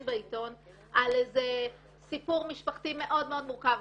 בעיתון על סיפור משפחתי מאוד מאוד מורכב,